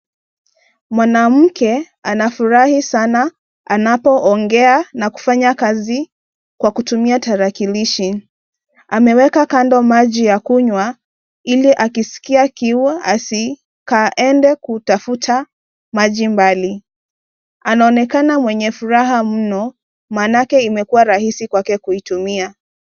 Mwanamke anafurahi sana anapoongea na kufanya kazi kwa kutumia tarakilishi. Ameweka kando maji ya kunywa ili akisikia kiu, asikaende kutafuta maji mbali. Anaonekana mwenye furaha mno, maana yake imekua rahisi kwake kuitumia.